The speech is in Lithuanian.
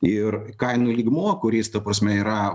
ir kainų lygmuo kuris ta prasme yra